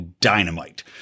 dynamite